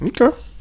Okay